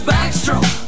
Backstroke